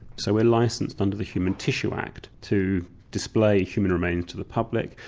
so we're licensed under the human tissue act to display human remains to the public,